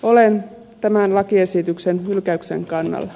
olen tämän lakiesityksen hylkäyksen kannalla